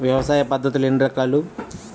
వ్యవసాయ పద్ధతులు ఎన్ని రకాలు?